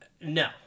No